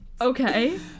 Okay